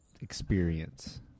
experience